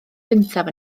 gyntaf